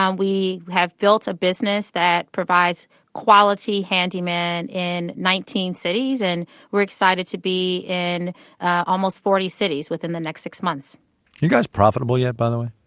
um we have built a business that provides quality handymen in nineteen cities, and we're excited to be in forty cities within the next six months you guys profitable yet, by the way?